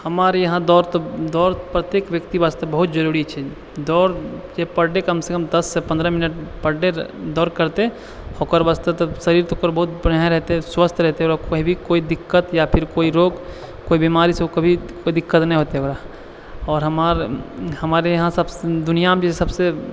हमारे यहाँ दौड़ तऽ दौड़ प्रत्येक व्यक्ति वास्ते बहुत जरूरी छै दौड़के पर डे कम सँ कम दस सँ पन्द्रह मिनट पर डे दौड़ करते ओकर वास्ते तऽ शरीर तऽ ओकर बहुत बढ़िआँ रहतै स्वस्थ रहतै आउर कहीं भी कोई दिक्कत या फिर कोई रोग कोई बीमारीसँ ओ कभी कोई दिक्कत नहि होतै ओकरा आओर हमर हमारे यहाँ सब दुनिआँमे सबसँ